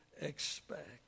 expect